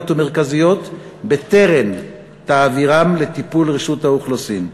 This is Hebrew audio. ומרכזיות בטרם תעבירם לטיפול רשות האוכלוסין.